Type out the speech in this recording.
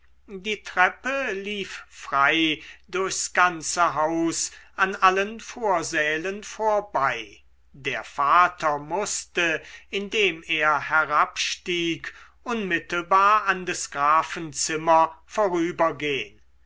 die treppe lief frei durchs ganze haus an allen vorsälen vorbei der vater mußte indem er herabstieg unmittelbar an des grafen zimmer vorübergehn